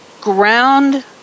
ground